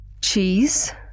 Cheese